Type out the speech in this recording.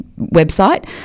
website